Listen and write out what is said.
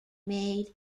made